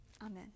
Amen